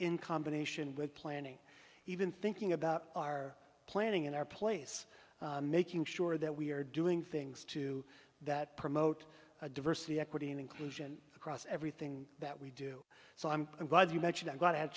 in combination with planning even thinking about our planning in our place making sure that we are doing things to that promote diversity equity and inclusion across everything that we do so i'm glad you mentioned i got ha